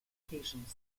occasions